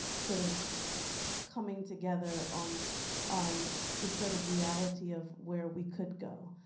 sort of coming together on on the sort of reality of where we could go,